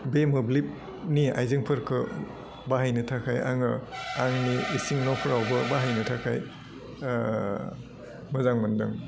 बे मोब्लिबनि आइजेंफोरखो बाहायनो थाखाय आङो आंनि इसिं न'फोरावबो बाहायनो थाखाय ओह मोजां मोन्दों